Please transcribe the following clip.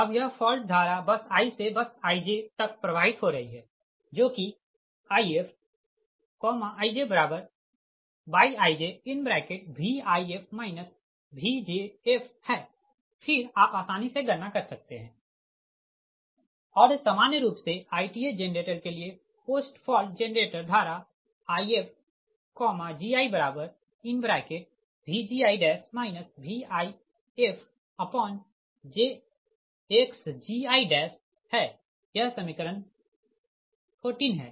अब यह फॉल्ट धारा बस i से बस ij तक प्रवाहित हो रही है जो कि IfijyijVif Vjf है फिर आप आसानी से गणना कर सकते है और सामान्य रूप से ith जेनरेटर के लिए पोस्ट फॉल्ट जेनरेटर धारा Ifgi Vgi Vifjxgi है यह समीकरण 14 है